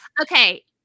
Okay